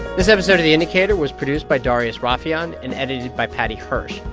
this episode of the indicator was produced by darius rafieyan and edited by paddy hirsch.